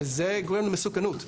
וזה גורם למסוכנות.